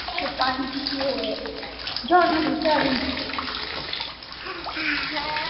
अच्छा पंज छे जाना कुत्थें ऐ भी